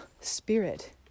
spirit